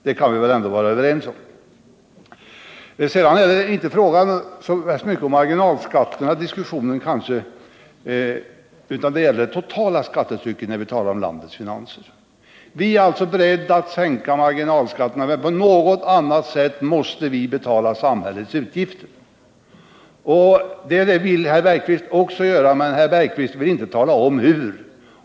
Sedan är det när vi talar om landets finanser inte så mycket fråga om marginalskatterna utan om det totala skattetrycket. Vi är alltså beredda att sänka marginalskatterna, men på något annat sätt måste vi betala samhällets utgifter. Det vill herr Bergqvist också göra, men herr Bergqvist vill inte tala om hur.